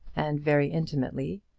and very intimately,